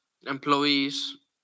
Employees